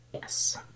Yes